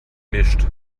mischt